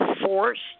forced